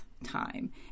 time